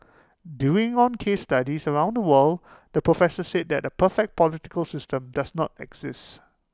doing on case studies around the world the professor said that A perfect political system does not exist